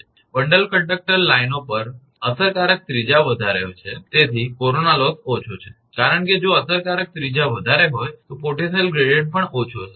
bundle conductor લાઇનો માટે અસરકારક ત્રિજ્યા વધારે છે તેથી કોરોના લોસ ઓછો છે કારણ કે જો અસરકારક ત્રિજ્યા વધારે હોય તો પોટેન્શિયલ ગ્રેડીયંટ પણ ઓછો હશે